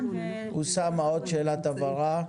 אוסאמה, עוד שאלת הבהרה.